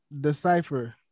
decipher